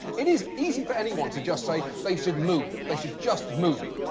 it is easy for anyone to just say, they should move, they should just move.